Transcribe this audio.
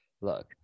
Look